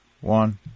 one